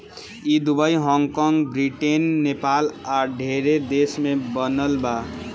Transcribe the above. ई Dubai, Hong कॉग, Britain, Nepal आ ढेरे देश में बनल बा